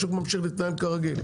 השוק ממשיך להתנהל כרגיל.